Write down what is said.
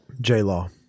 J-Law